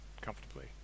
comfortably